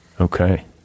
Okay